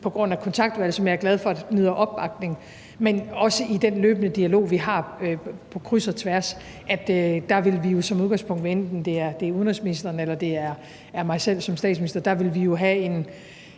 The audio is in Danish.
på grund af kontaktudvalget, som jeg er glad for nyder opbakning, men også i den løbende dialog, vi har på kryds og tværs – at vi som udgangspunkt, hvad enten det er udenrigsministeren, eller det er mig selv som statsminister, jo vil have en